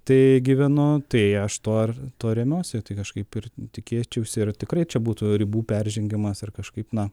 tai gyvenu tai aš tuo ir tuo remiuosi tai kažkaip ir tikėčiausi ir tikrai čia būtų ribų peržengimas ar kažkaip na